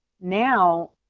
now